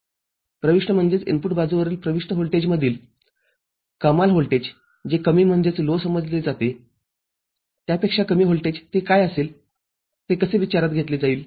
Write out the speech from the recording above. प्रविष्ट बाजूवरील प्रविष्ट व्होल्टेजमधील कमाल व्होल्टेज जे कमीसमजले जाते त्यापेक्षा कमी व्होल्टेज ते काय असेल ते कसे विचारात घेतले जाईल